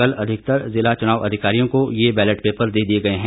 कल अधिकतर जिला चुनाव अधिकारियों को ये बैलेट पेपर दे दिए गए हैं